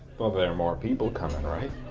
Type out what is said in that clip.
well, there are more people coming, right?